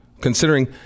considering –